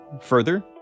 further